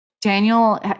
Daniel